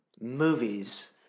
movies